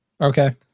okay